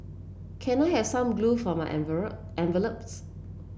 can I have some glue for my envelopes